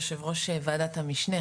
יושב-ראש ועדת המשנה,